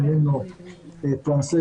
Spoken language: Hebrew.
בעניין של קבוצת הסיכון בארץ,